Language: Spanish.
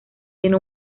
tiene